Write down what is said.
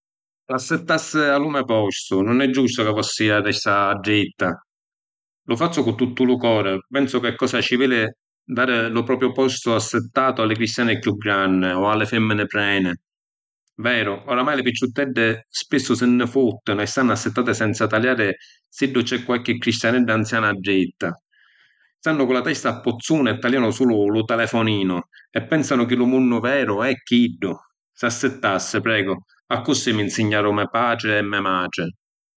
S’assittasi a lu me’ postu, nun è giustu ca vossìa resta a l’addritta. Lu fazzu cu tuttu lu cori, pensu ca è cosa civili dari lu propiu postu assittatu o li cristiani chiù granni o a li fimmini preni. Veru, oramai li picciuttedi spissu si nni futtinu e stannu assittati senza taliàri s’iddu c’è qualchi cristianeddu anzianu addritta. Stannu cu la testa a puzzuni e taliànu sulu lu telefoninu e pensanu chi lu munnu veru è chiddu. S’assittassi, pregu, accussì mi ‘nsignaru me’ patri e me’ matri.